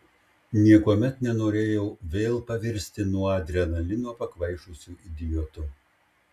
niekuomet nenorėjau vėl pavirsti nuo adrenalino pakvaišusiu idiotu